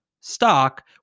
stock